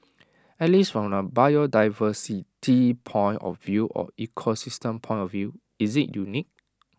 at least from A biodiversity point of view or ecosystem point of view is IT unique